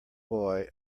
boy